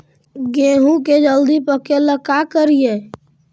गेहूं के जल्दी पके ल का करियै?